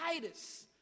Titus